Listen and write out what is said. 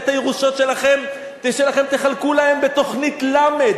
את הירושות שלכם תחלקו להם בתוכנית ל',